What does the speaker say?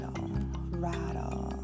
rattle